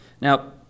Now